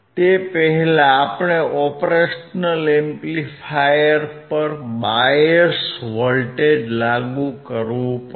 તે પહેલાં આપણે ઓપરેશનલ એમ્પ્લીફાયર પર બાયસ વોલ્ટેજ લાગુ કરવું પડશે